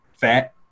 fat